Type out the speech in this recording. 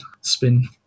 spin